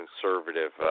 conservative